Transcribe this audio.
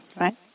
right